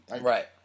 Right